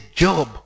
job